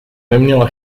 neměla